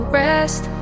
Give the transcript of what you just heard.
rest